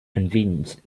convince